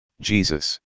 Jesus